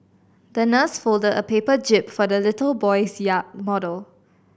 the nurse folded a paper jib for the little boy's yacht model